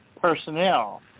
personnel